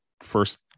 first